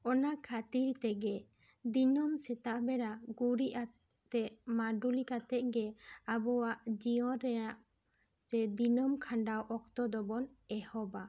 ᱚᱱᱟ ᱠᱷᱟᱹᱛᱤᱨ ᱛᱮᱜᱮ ᱫᱤᱱᱟᱹᱢ ᱥᱮᱛᱟᱜ ᱵᱮᱲᱟ ᱜᱩᱨᱤᱡ ᱟᱛᱮᱜ ᱢᱟᱱᱰᱩᱞᱤ ᱠᱟᱛᱮ ᱜᱮ ᱟᱵᱚᱣᱟᱜ ᱡᱤᱭᱚᱱ ᱨᱮᱭᱟᱜ ᱪᱮ ᱫᱤᱱᱟᱹᱢ ᱠᱷᱟᱱᱰᱟᱣ ᱚᱠᱛᱚ ᱫᱚᱵᱚᱱ ᱮᱦᱚᱵᱟ